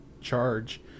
charge